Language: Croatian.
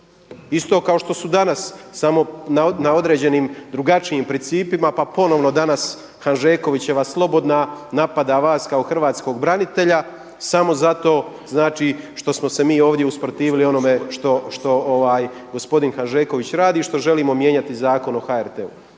isto kao što su danas samo na određenim drugačijim principima pa ponovno danas Hanžekovićeva Slobodna napada vas kao hrvatskog branitelja samo zato znači što smo se mi ovdje usprotivili onome što gospodine Hanžeković radi i što želimo mijenjati Zakon o HRT-u.